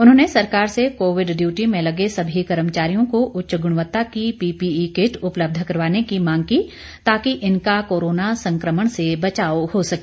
उन्होंने सरकार से कोविड डियूटी में लगे सभी कर्मचारियों को उच्च गुणवत्ता की पीपीई किट उपलब्ध करवाने की मांग की ताकि इनका कोरोना संक्रमण से बचाव हो सके